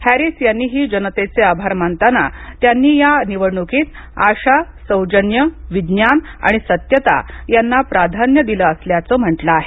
Harris यांनीही जनतेचे आभार मानताना त्यांनी या निवडणुकीत आशा सौजन्य विज्ञान आणि सत्यता यांना प्राधान्य दिलं असल्याचं म्हटलं आहे